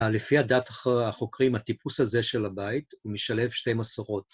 לפי הדת החוקרים הטיפוס הזה של הבית הוא משלב שתי מסורות.